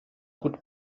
gut